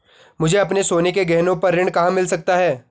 मुझे अपने सोने के गहनों पर ऋण कहाँ मिल सकता है?